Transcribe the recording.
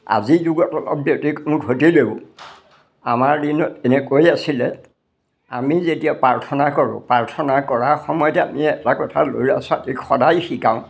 আজিৰ যুগত অলপ ব্যতিক্ৰম ঘটিলেও আমাৰ দিনত এনেকৈ আছিলে আমি যেতিয়া প্ৰাৰ্থনা কৰোঁ প্ৰাৰ্থনা কৰাৰ সময়তে আমি এটা কথা ল'ৰা ছোৱালীক সদায় শিকাওঁ